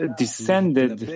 descended